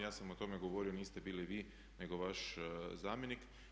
Ja sam o tome govorio, niste bili vi nego vaš zamjenik.